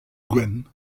gwenn